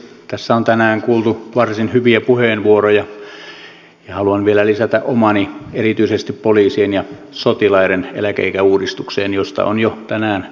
tässä on tänään kuultu varsin hyviä puheenvuoroja ja haluan vielä lisätä omani erityisesti poliisien ja sotilaiden eläkeikäuudistukseen josta on jo tänään keskusteltu